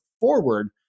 forward